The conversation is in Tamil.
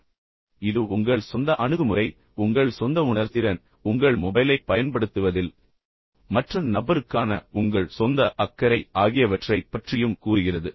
ஏனெனில் இது உங்கள் சொந்த அணுகுமுறை உங்கள் சொந்த உணர்திறன் உங்கள் மொபைலைப் பயன்படுத்துவதில் மற்ற நபருக்கான உங்கள் சொந்த அக்கறை ஆகியவற்றைப் பற்றியும் கூறுகிறது